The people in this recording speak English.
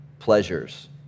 Pleasures